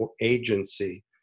agency